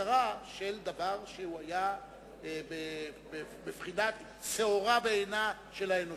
הזכרה של דבר שהוא היה בבחינת שעורה בעינה של האנושות.